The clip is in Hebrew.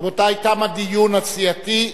רבותי, תם הדיון הסיעתי.